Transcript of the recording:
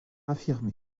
affirmé